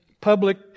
public